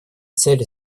цели